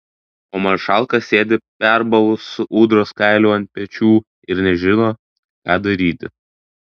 o maršalka sėdi perbalus su ūdros kailiu ant pečių ir nežino ką daryti